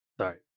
Sorry